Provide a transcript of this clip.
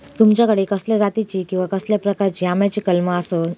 तुमच्याकडे कसल्या जातीची किवा कसल्या प्रकाराची आम्याची कलमा आसत?